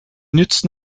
nützen